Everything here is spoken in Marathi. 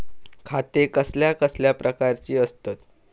खाते कसल्या कसल्या प्रकारची असतत?